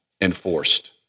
enforced